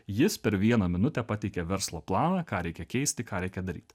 jis per vieną minutę pateikia verslo planą ką reikia keisti ką reikia daryti